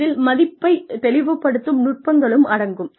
இதில் மதிப்பைத் தெளிவுபடுத்தும் நுட்பங்களும் அடங்கும்